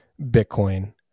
Bitcoin